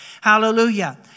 Hallelujah